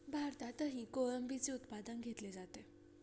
भारतातही कोळंबीचे उत्पादन घेतले जाते